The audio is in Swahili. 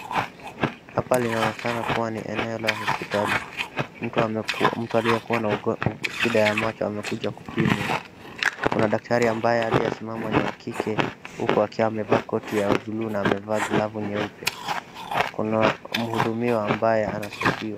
Hapa linaonekana kuwa ni eneo la hospitali. Mtu aliyekuwa na shida ya macho amekuja kupimwa. Kuna dakatari ambaye aliyesimama ni wakike huku akiwa amevaa koti ya bluu na amevaa glavu nyeupe na kuna mhudumiwa ambaye anasaidiwa.